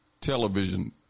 television